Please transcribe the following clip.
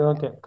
Okay